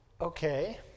Okay